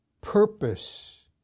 purpose